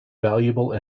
valuable